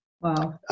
Wow